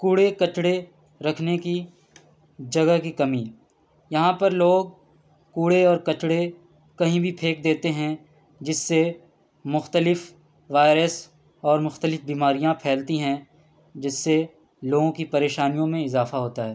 کوڑے کچرے رکھنے کی جگہ کی کمی یہاں پر لوگ کوڑے اور کچرے کہیں بھی پھینک دیتے ہیں جس سے مختلف وائرس اور مختلف بیماریاں پھیلتی ہیں جس سے لوگوں کی پریشانیوں میں اضافہ ہوتا ہے